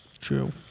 true